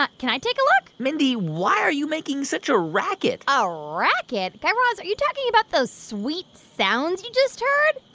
ah can i take a look? mindy, why are you making such a racket? ah a racket? guy raz, are you talking about those sweet sounds you just heard?